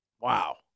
Wow